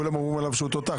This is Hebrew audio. כולם אומרים עליו שהוא תותח,